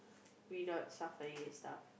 without suffering and stuff